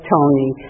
Tony